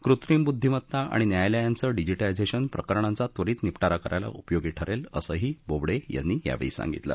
कृत्रिम बुद्धीमत्ता आणि न्यायालयाचं डिजिटायझेशन प्रकरणांचा त्वरित निपटारा करायला उपयोगी ठरेल असंही बोबडे यांनी सांगितलं